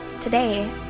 Today